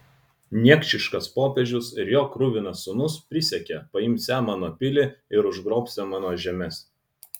niekšiškas popiežius ir jo kruvinas sūnus prisiekė paimsią mano pilį ir užgrobsią mano žemes